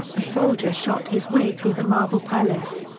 a soldier shot his way through the marble palace.